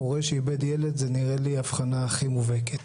הורה שאיבד ילד נראה לי שזו האבחנה הכי מובהקת.